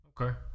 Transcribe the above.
okay